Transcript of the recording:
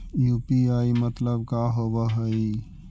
UPI मतलब का होब हइ?